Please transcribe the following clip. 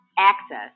Access